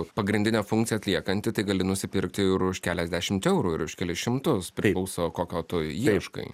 pagrindinę funkciją atliekantį tai gali nusipirkti ir už keliasdešimt eurų ir už kelis šimtus priklauso kokio tu ieškai